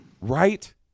Right